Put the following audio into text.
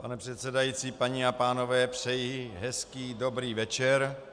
Pane předsedající, paní a pánové, přeji hezký dobrý večer.